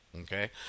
Okay